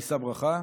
ה"יישא ברכה".